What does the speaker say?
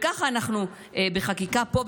וככה אנחנו בחקיקה פה,